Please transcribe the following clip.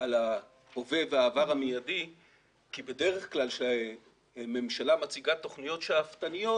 על ההווה והעבר המיידי כי בדרך כלל כאשר ממשלה מציגה תוכניות שאפתניות,